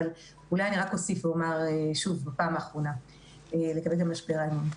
אבל אני אומר משהו לגבי משבר האמון.